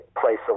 place